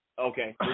Okay